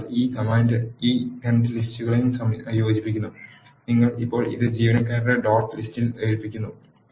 അതിനാൽ ഈ കമാൻഡ് ഈ രണ്ട് ലിസ്റ്റുകളെയും യോജിക്കുന്നു നിങ്ങൾ ഇപ്പോൾ ഇത് ജീവനക്കാരുടെ ഡോട്ട് ലിസ്റ്റ് യിൽ ഏൽപ്പിക്കുന്നു